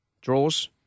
draws